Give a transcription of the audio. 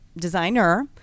designer